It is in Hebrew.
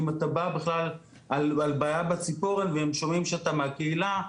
אם אתה בא בכלל על בעיה בציפורן והם שומעים שאתה מהקהילה,